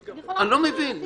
אני לא מבין.